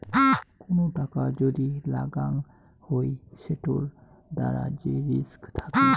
কোন টাকা যদি লাগাং হই সেটোর দ্বারা যে রিস্ক থাকি